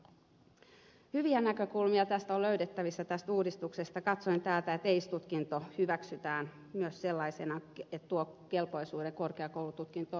hyviä näkökulmia tästä uudistuksesta on löydettävissä katsoen täältä että aice tutkinto hyväksytään myös sellaisena ja se tuo kelpoisuuden korkeakoulututkintoon